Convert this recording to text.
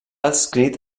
adscrit